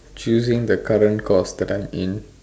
choosing the current course that I am in